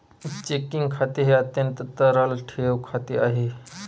checking खाते हे अत्यंत तरल ठेव खाते आहे